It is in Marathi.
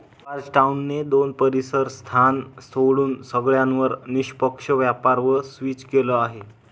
जॉर्जटाउन ने दोन परीसर स्थान सोडून सगळ्यांवर निष्पक्ष व्यापार वर स्विच केलं आहे